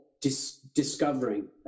discovering